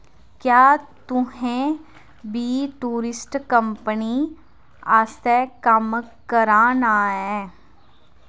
क्या तुसें बी टूरिस्ट कंपनी आस्तै कम्म करा ना ऐ